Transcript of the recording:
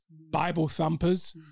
Bible-thumpers